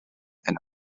and